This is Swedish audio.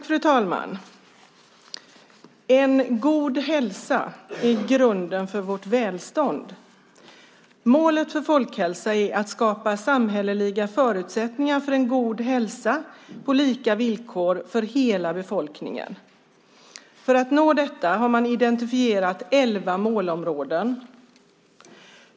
Fru talman! En god hälsa är grunden för vårt välstånd. Målet för folkhälsan är att skapa samhälleliga förutsättningar för en god hälsa på lika villkor för hela befolkningen. För att nå detta har man identifierat elva målområden.